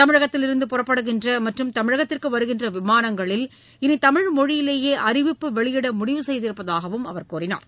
தமிழகத்தில் இருந்து புறப்படுகின்றமற்றும் தமிழகத்திற்குவருகின்றவிமானங்களில் இனிதமிழ் மொழியிலேயேஅறிவிப்பு வெளியிடமுடிவு செய்திருப்பதாகவும் அவர் கூறினார்